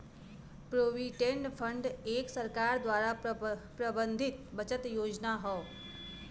provident fund एक सरकार द्वारा प्रबंधित बचत योजना हौ